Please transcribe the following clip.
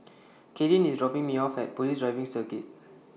Kadyn IS dropping Me off At Police Driving Circuit